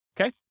Okay